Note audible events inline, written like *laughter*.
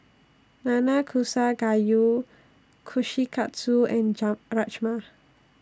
Nanakusa Gayu Kushikatsu and *unintelligible* Rajma